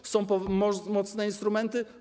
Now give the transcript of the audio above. To są mocne instrumenty.